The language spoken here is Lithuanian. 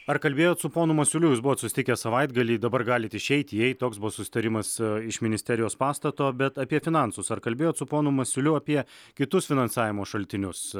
ar kalbėjot su ponu masiuliu jūs buvot susitikę savaitgalį dabar galit išeit įeit toks buvo susitarimas iš ministerijos pastato bet apie finansus ar kalbėjot su ponu masiuliu apie kitus finansavimo šaltinius